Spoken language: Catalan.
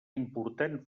important